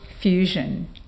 fusion